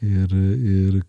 ir ir